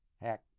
Heck